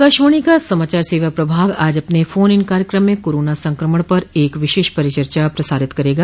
आकाशवाणी का समाचार सेवा प्रभाग आज अपने फोन इन कार्यक्रम में कोरोना संक्रमण पर एक विशेष परिचर्चा प्रसारित करेगा